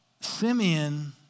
Simeon